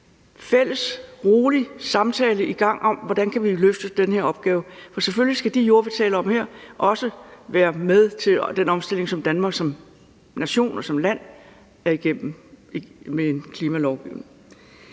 fælles rolig samtale i gang om, hvordan vi kan løfte den her opgave, for selvfølgelig skal de jorder, vi taler om her, også være med til den omstilling, som Danmark som nation og som land er igennem med klimalovgivning.